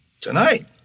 Tonight